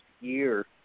year